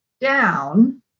down